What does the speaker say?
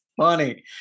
funny